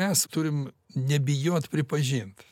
mes turim nebijoti pripažint